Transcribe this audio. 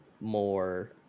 more